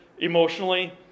emotionally